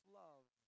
love